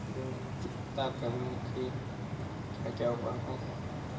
ऋण चुकता करने के क्या क्या उपाय हैं?